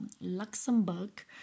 Luxembourg